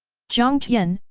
jiang tian,